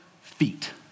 feet